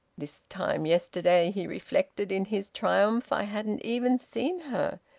this time yesterday, he reflected, in his triumph, i hadn't even seen her,